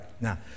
now